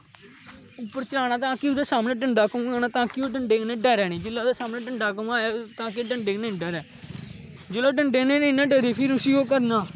चलाना ताकि ओहदे सामने डडां घमकाना ताकि ओह् डंडे कन्नैै डरे नेईं जिसलै ओहदे सामनै डंडा घमाया ताकि डंडे कन्नै डरे जिसलै ओह् डंडे कन्नै नेईं ना डरे फिर उसी ओह् करना